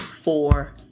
four